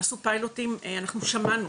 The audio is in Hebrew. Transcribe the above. נעשו פיילוטים, אנחנו שמענו,